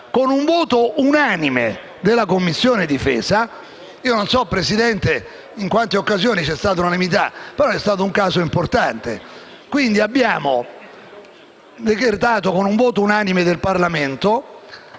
con un voto unanime della Commissione difesa. Non so, signor Presidente, in quante occasioni c'è stata l'unanimità, però si è trattato di un caso importante. Quindi, abbiamo decretato con un voto unanime del Parlamento